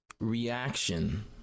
reaction